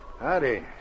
Howdy